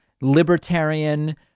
libertarian